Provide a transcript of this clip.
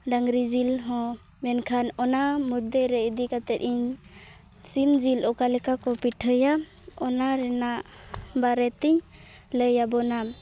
ᱰᱟᱹᱝᱨᱤ ᱡᱤᱞ ᱦᱚᱸ ᱢᱮᱱᱠᱷᱟᱱ ᱚᱱᱟ ᱢᱚᱫᱽᱫᱷᱮᱨᱮ ᱤᱫᱤ ᱠᱟᱛᱮᱫ ᱤᱧ ᱥᱤᱢ ᱡᱤᱞ ᱚᱠᱟ ᱞᱮᱠᱟ ᱠᱚ ᱯᱤᱴᱷᱟᱹᱭᱟ ᱚᱱᱟ ᱨᱮᱱᱟᱜ ᱵᱟᱨᱮᱛᱮᱧ ᱞᱟᱹᱭᱟᱵᱚᱱᱟ